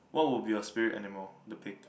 what would be your spirit animal the pig